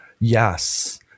Yes